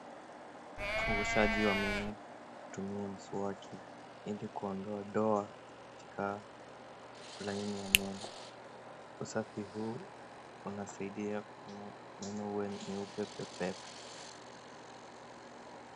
Uoshaji wa meno kutumia mswaki ili kuondoa doa katika laini ya meno. Usafi huu unasaidia kufanya meno kuwa meupe pepepe.